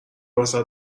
واست